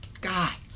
guy